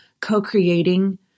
co-creating